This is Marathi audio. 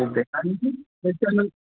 ओके आणखी त्याच्यान